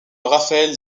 raphaël